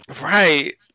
Right